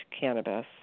cannabis